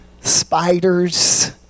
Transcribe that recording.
spiders